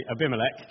Abimelech